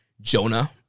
Jonah